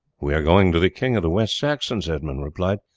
we are going to the king of the west saxons, edmund replied.